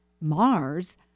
Mars